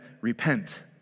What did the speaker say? repent